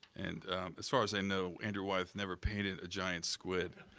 and as far as i know, andrew wyeth never painted a giant squid.